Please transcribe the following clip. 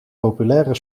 populaire